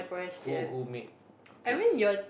who who made